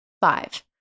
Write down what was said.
Five